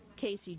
Casey